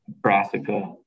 brassica